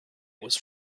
was